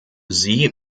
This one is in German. sie